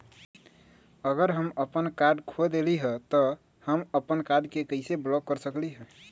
अगर हम अपन कार्ड खो देली ह त हम अपन कार्ड के कैसे ब्लॉक कर सकली ह?